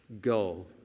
go